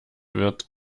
wird